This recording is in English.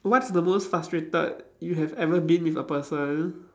what's the most frustrated you have ever been with a person